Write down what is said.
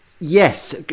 Yes